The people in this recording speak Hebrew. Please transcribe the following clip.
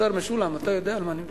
השר משולם, אתה יודע על מה אני מדבר.